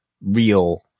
real